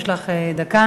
יש לך דקה.